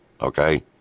okay